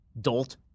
Dolt